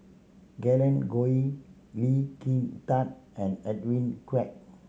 Glen Goei Lee Kin Tat and Edwin Koek